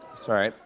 sorry.